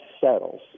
settles